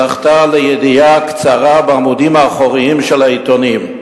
זכתה לידיעה קצרה בעמודים האחוריים של העיתונים.